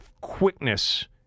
quickness